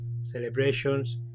celebrations